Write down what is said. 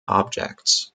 objects